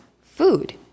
food